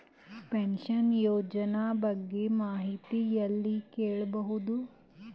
Pension ಯೋಜನ ಬಗ್ಗೆ ಮಾಹಿತಿ ಎಲ್ಲ ಕೇಳಬಹುದು?